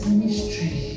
mystery